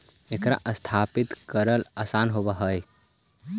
एकरा स्थापित करल आसान होब हई